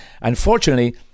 Unfortunately